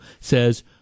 says